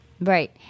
right